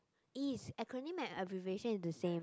is acronym and abbreviation is the same